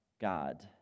God